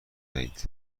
دهید